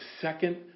second